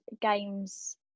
games